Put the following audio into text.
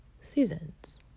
seasons